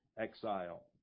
exile